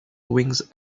wings